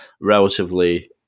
relatively